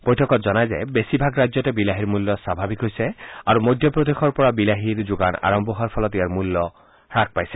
বৈঠকত জনায় যে বেছিভাগ ৰাজ্যতে বিলাহীৰ মূল্য স্বাভাৱিক হৈছে আৰু মধ্যপ্ৰদেশৰ পৰা বিলাহীৰ যোগান আৰম্ভ হোৱাৰ ফলত ইয়াৰ মূল্য কম হৈছে